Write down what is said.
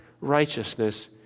righteousness